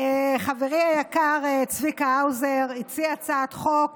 חברי היקר צביקה האוזר הציע הצעת חוק